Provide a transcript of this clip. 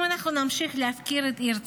אם אנחנו נמשיך להפקיר את העיר צפת,